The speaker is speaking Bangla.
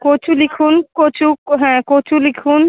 কচু লিখুন কচু ক্ হ্যাঁ কচু লিখুন